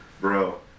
bro